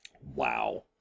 Wow